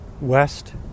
west